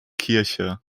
kirche